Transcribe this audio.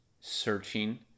searching